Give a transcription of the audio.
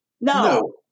No